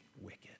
wicked